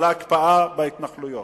על ההקפאה בהתנחלויות.